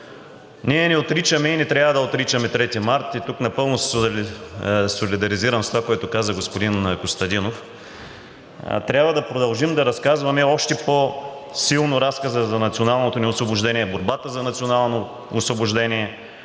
Ние не отричаме и не трябва да отричаме 3 март и тук напълно се солидаризирам с това, което каза господин Костадинов – трябва да продължим да разказваме още по-силно разказа за националното ни освобождение, борбата за национално освобождение,